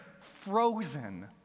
frozen